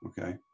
Okay